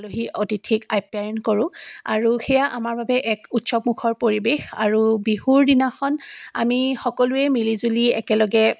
আলহী অতিথিক আপ্যায়ন কৰোঁ আৰু সেয়া আমাৰ বাবে এক উৎসৱমুখৰ পৰিৱেশ আৰু বিহুৰ দিনাখন আমি সকলোৱে মিলি জুলি একেলগে